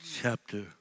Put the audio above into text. chapter